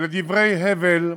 אלה דברי הבל,